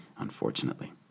unfortunately